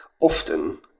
Often